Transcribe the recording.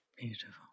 Beautiful